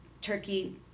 Turkey